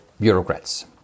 bureaucrats